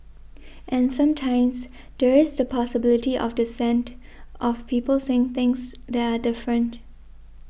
and sometimes there is the possibility of dissent of people saying things that are different